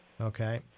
okay